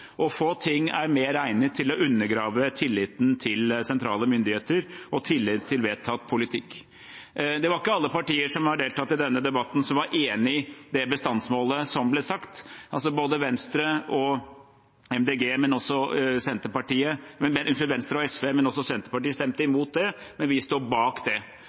annet. Få ting er mer egnet til å undergrave tilliten til sentrale myndigheter og tilliten til vedtatt politikk. Det var ikke alle partier som har deltatt i denne debatten, som var enig i det bestandsmålet som ble satt. Både Venstre og SV, og også Senterpartiet, stemte imot det, men vi sto bak det.